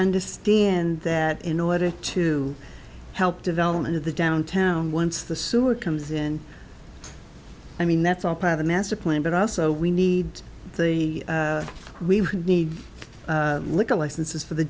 understand that in order to help development of the downtown once the sewer comes in i mean that's all part of the master plan but also we need the we would need liquor licenses for the